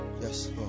yes